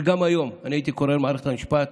גם היום אני הייתי קורא למערכת המשפט,